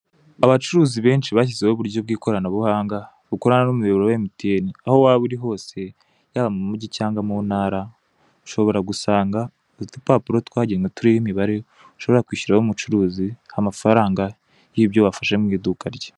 Abacuruzi benshi bashyizeho uburyo bw'ikoranabunga bukorana n'umuyoboro wa MTN, aho waba uri hose, yaba mu mugi cyangwa mu Ntara, ushobara gusanga udapapuro twagenwe turiho imibare, ushobora kwishyuriraho umucuruzi amafaranga y'ibyo wafashe mu iduka rye.